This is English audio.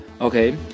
okay